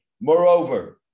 Moreover